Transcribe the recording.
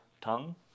tongue